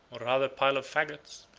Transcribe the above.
or rather pile of fagots,